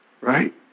right